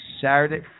Saturday